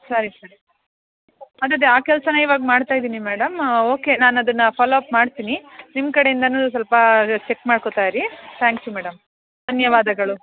ಸರಿ ಸರಿ ಅದು ಅದೇ ಆ ಕೆಲಸವೇ ಇವಾಗ ಮಾಡ್ತಾಯಿದ್ದೀನಿ ಮೇಡಂ ಓಕೆ ನಾನು ಅದನ್ನು ಫಾಲೋ ಅಪ್ ಮಾಡ್ತೀನಿ ನಿಮ್ಮ ಕಡೆಯಿಂದಲೂ ಸ್ವಲ್ಪ ಅದು ಚೆಕ್ ಮಾಡ್ಕೊಳ್ತಾಯಿರಿ ತ್ಯಾಂಕ್ ಯು ಮೇಡಂ ಧನ್ಯವಾದಗಳು